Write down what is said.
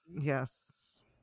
yes